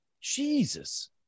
jesus